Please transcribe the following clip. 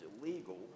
illegal